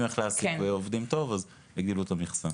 איך להעסיק ועובדים טוב אז הגדילו את המכסה.